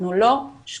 אנחנו לא שקופים.